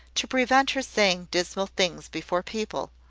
to prevent her saying dismal things before people.